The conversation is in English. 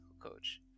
coach